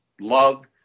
love